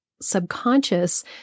subconscious